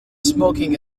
smoking